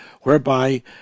whereby